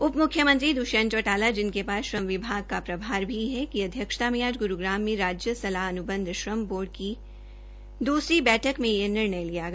उप मुख्यमंत्री दृष्यंत चौटाला जिनके पास श्रम विभाग का प्रभार भी है की अध्यक्षता मे आज गुरूग्राम में राज्य सलाहार अनुबंध श्रम बोर्ड की दूसरी बैठक में यह निर्णय लिया गया